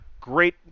great